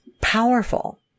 powerful